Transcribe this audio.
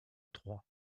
trois